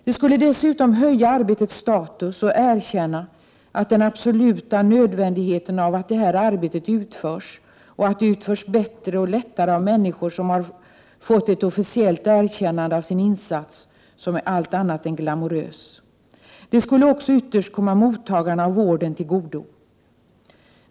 Det skulle dessutom höja arbetets status och innebära ett erkännande av att det är absolut nödvändigt att detta arbete utförs och att det utförs bättre och lättare av människor som har fått ett officiellt erkännande av sin insats, som är allt annat än glamorös. Det skulle också ytterst komma mottagarna av vården till godo.